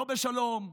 לא בשלום,